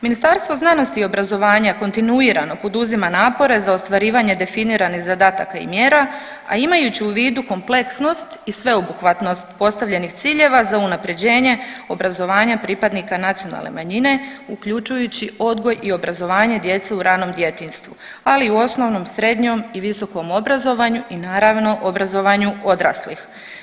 Ministarstvo znanosti i obrazovanja kontinuirano poduzima napore za ostvarivanje definiranih zadataka i mjera, a imajući u vidu kompleksnost i sveobuhvatnost postavljenih ciljeva za unapređenje obrazovanja pripadnika nacionalne manjine uključujući odgoj i obrazovanje djece u ranom djetinjstvu ali u osnovnom, srednjem i visokom obrazovanju i naravno obrazovanju odraslih.